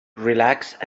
relaxed